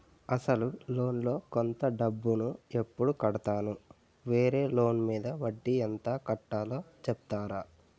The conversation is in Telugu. అసలు లోన్ లో కొంత డబ్బు ను ఎప్పుడు కడతాను? వేరే లోన్ మీద వడ్డీ ఎంత కట్తలో చెప్తారా?